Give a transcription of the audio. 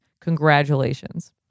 Congratulations